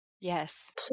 Yes